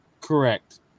Correct